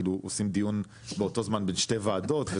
כאילו עושים דיון באותו זמן בין שתי ועדות.